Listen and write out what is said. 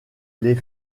les